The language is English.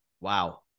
Wow